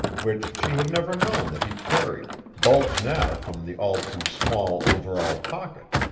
which she had never known that he carried, bulged now from the all too small overall-pocket.